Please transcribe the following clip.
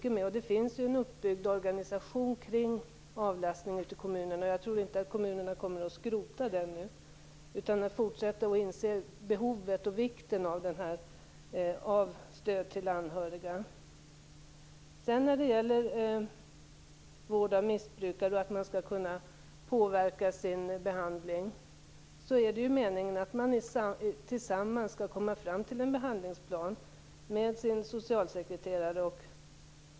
Det finns också ute i kommunerna en uppbyggd organisation kring avlastning, och jag tror inte att kommunerna nu kommer att skrota den, utan man kommer även i fortsättningen att inse behovet och vikten av att ge stöd till anhöriga. När det gäller vård av missbrukare, att man skall kunna påverka sin behandling, är det meningen att man tillsammans med sin socialsekreterare tar fram en behandlingsplan.